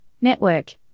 network